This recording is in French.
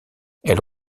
elle